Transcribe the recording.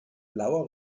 blauer